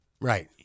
Right